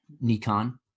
Nikon